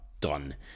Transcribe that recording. done